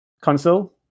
console